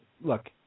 look